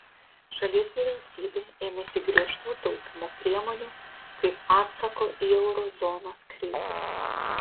šalies vyriausybė ėmėsi griežtų taupymo priemonių kaip atsako į euro zonos krizę